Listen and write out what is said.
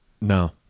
No